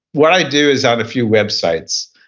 what i do is on a few websites.